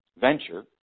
venture